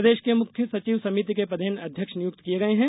प्रदेश के मुख्य सचिव समिति के पदेन अध्यक्ष नियुक्त किए गए हैं